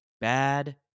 bad